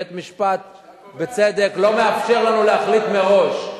בית-משפט, בצדק, לא מאפשר לנו להחליט מראש.